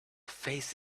face